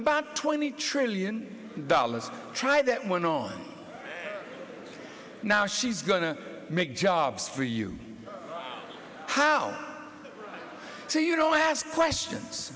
about twenty trillion dollars try that one on now she's going to make jobs for you how to you know ask questions